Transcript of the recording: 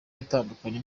yatandukanye